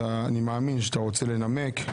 אני מאמין שאתה רוצה לנמק,